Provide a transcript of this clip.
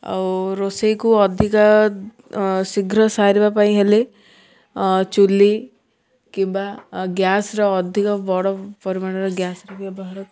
ଆଉ ରୋଷେଇକୁ ଅଧିକା ଶୀଘ୍ର ସାରିବା ପାଇଁ ହେଲେ ଚୁଲି କିମ୍ବା ଗ୍ୟାସ୍ର ଅଧିକ ବଡ଼ ପରିମାଣର ଗ୍ୟାସ୍ ବ୍ୟବହାର କରୁ